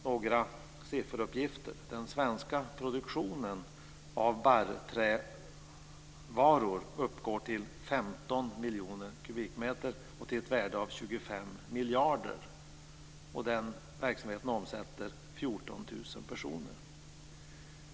Några sifferuppgifter: Den svenska produktionen av barrträvaror uppgår till 15 miljoner kubikmeter till ett värde av 25 miljarder. Den verksamheten sysselsätter 14 000 personer.